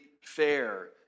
fair